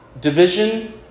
division